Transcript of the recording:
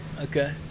Okay